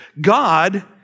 god